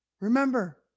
Remember